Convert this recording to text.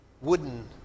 wooden